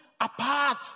apart